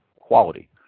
quality